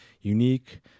unique